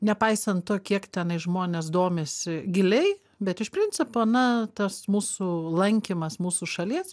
nepaisant to kiek tenai žmonės domisi giliai bet iš principo na tas mūsų lankymas mūsų šalies